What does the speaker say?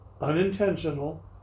Unintentional